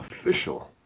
official